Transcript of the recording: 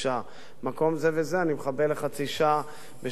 במקום זה וזה אני מכבה לחצי שעה בשעה זו וזו.